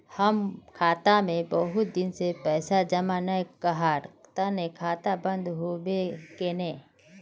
हम खाता में बहुत दिन से पैसा जमा नय कहार तने खाता बंद होबे केने?